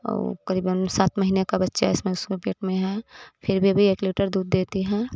और करीबन सात महीने का बच्चा है इस समय उसके पेट में है फिर भी अभी एक लीटर दूध देती है